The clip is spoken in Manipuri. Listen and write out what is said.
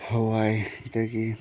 ꯍꯋꯥꯏꯗꯒꯤ